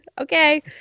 Okay